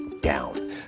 down